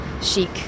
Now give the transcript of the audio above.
chic